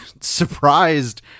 surprised